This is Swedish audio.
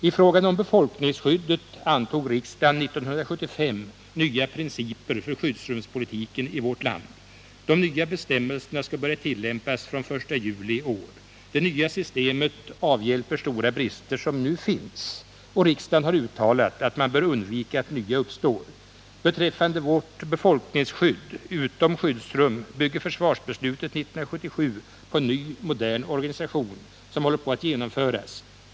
I fråga om befolkningsskyddet antog riksdagen 1975 nya principer för skyddsrumspolitiken i vårt land. De nya bestämmelserna skall börja tillämpas från 1 juli i år. Det nya systemet avhjälper stora brister som nu finns. Riksdagen har uttalat att man bör undvika att nya uppstår. Beträffande vårt befolkningsskydd utom skyddsrum bygger försvarsbeslutet 1977 på en ny, modern organisation, som håller på att genomföras.